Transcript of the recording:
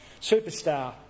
Superstar